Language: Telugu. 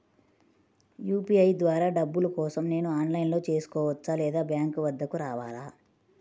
యూ.పీ.ఐ ద్వారా డబ్బులు కోసం నేను ఆన్లైన్లో చేసుకోవచ్చా? లేదా బ్యాంక్ వద్దకు రావాలా?